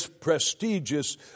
prestigious